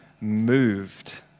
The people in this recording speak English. moved